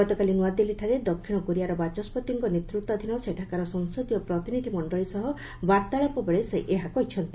ଗତକାଲି ନୂଆଦିଲ୍ଲୀଠାରେ ଦକ୍ଷିଣ କୋରିଆର ବାଚସ୍ୱତିଙ୍କ ନେତୃତ୍ୱାଧୀନ ସେଠାକାର ସଂସଦୀୟ ପ୍ରତିନିଧି ମଣ୍ଡଳୀ ସହ ବାର୍ତ୍ତାଳାପ ବେଳେ ସେ ଏହ କହିଛନ୍ତି